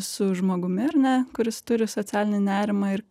su žmogumi ar ne kuris turi socialinį nerimą ir